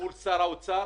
מול שר האוצר,